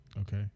Okay